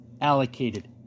allocated